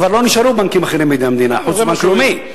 כבר לא נשארו בנקים אחרים בידי המדינה חוץ מבנק לאומי.